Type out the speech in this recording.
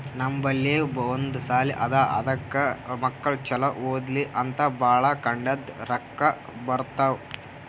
ನಮ್ ಬಲ್ಲಿ ಒಂದ್ ಸಾಲಿ ಅದಾ ಅದಕ್ ಮಕ್ಕುಳ್ ಛಲೋ ಓದ್ಲಿ ಅಂತ್ ಭಾಳ ಕಡಿಂದ್ ರೊಕ್ಕಾ ಬರ್ತಾವ್